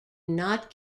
not